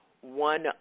one